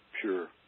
pure